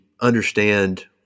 understand